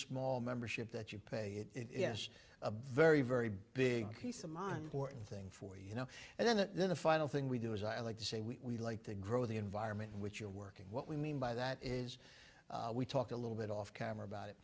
small membership that you pay it yes a very very big piece i'm on board thing for you know and then it then the final thing we do is i like to say we like to grow the environment in which you're working what we mean by that is we talk a little bit off camera about it